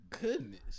goodness